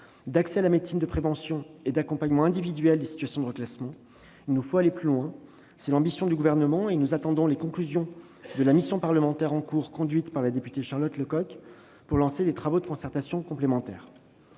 d'accès à la médecine de prévention et d'accompagnement individuel des situations de reclassement. Il nous faut aller plus loin. C'est l'ambition du Gouvernement. Nous attendons les conclusions de la mission parlementaire en cours, conduite par la députée Charlotte Lecocq, pour lancer les travaux de concertation complémentaires.